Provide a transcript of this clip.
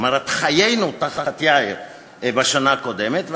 חיינו תחת יאיר בשנה הקודמת,